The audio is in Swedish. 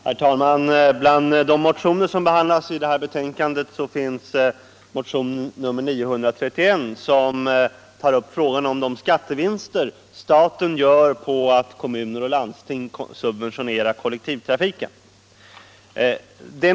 Herr talman! Bland de motioner som behandlas i detta betänkande finns motionen 1975/76:931, som tar upp frågan om de skattevinster som staten gör på att kommuner och landsting subventionerar kollektivtrafiken.